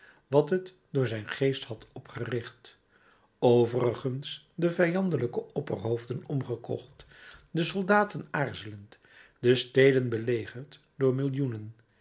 wat het door zijn geest had opgericht overigens de vijandelijke opperhoofden omgekocht de soldaten aarzelend de steden belegerd door millioenen